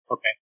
Okay